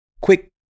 quick